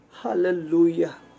Hallelujah